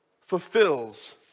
fulfills